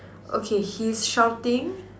okay he's shouting